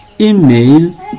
email